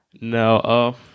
No